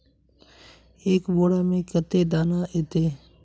एक बोड़ा में कते दाना ऐते?